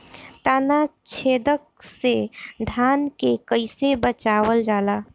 ताना छेदक से धान के कइसे बचावल जाला?